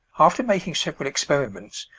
after making several experiments,